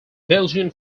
belgian